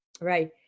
Right